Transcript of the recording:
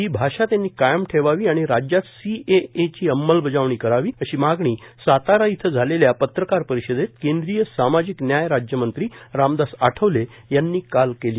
ती भाषा त्यांनी कायम ठेवावी आणि राज्यात सीएएची अंमलबजावणी करावी अशी मागणी सोमवारी सायंकाळी सातारा इथं झालेल्या पत्रकार परिषदेत केंद्रीय सामाजिक न्याय राज्यमंत्री रामदास आठवले यांनी केली